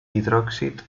hidròxid